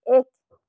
एक